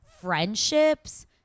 friendships